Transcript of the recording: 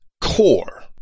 core